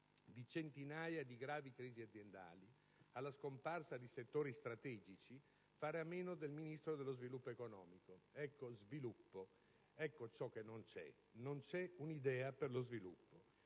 di centinaia di gravi crisi aziendali, con la scomparsa di settori strategici, fare a meno del Ministro dello sviluppo economico. Sviluppo: ecco ciò che non c'è. Non c'è alcuna idea per lo sviluppo.